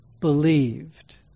believed